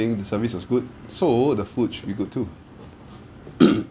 ~nk the service was good so the foods should be good too